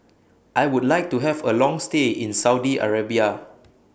I Would like to Have A Long stay in Saudi Arabia